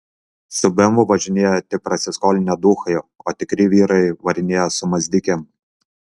su bemvu važinėja tik prasiskolinę duchai o tikri vyrai varinėja su mazdikėm